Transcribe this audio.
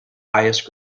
highest